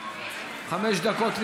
אין נמנעים.